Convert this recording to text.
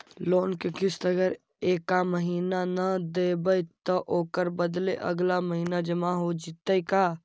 Loan के किस्त अगर एका महिना न देबै त ओकर बदले अगला महिना जमा हो जितै का?